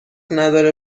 نداره